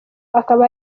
akaba